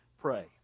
pray